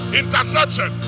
interception